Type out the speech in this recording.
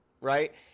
right